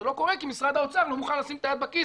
זה לא קורה כי משרד האוצר לא מוכן לשים את היד בכיס